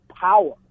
power